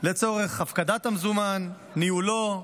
לצורך הפקדת המזומן, ניהולו,